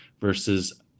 versus